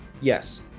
Yes